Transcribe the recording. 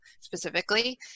specifically